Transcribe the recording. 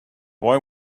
boy